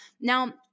Now